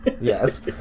Yes